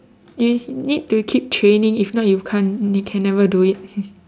you need to keep training if not you can't you can never do it